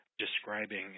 describing